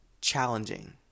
challenging